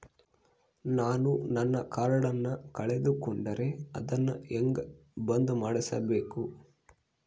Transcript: ನಾನು ನನ್ನ ಕಾರ್ಡನ್ನ ಕಳೆದುಕೊಂಡರೆ ಅದನ್ನ ಹೆಂಗ ಬಂದ್ ಮಾಡಿಸಬೇಕು?